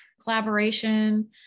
collaboration